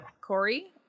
Corey